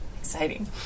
Exciting